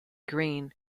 green